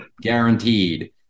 guaranteed